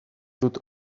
dut